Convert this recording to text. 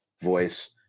voice